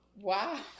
Wow